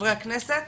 חברי הכנסת,